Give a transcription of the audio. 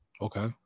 Okay